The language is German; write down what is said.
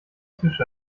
tisch